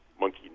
monkey